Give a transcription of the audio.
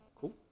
cool